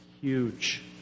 Huge